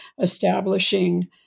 establishing